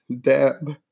dab